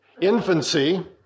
Infancy